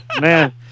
man